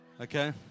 okay